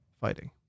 fighting